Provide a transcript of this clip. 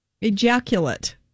Ejaculate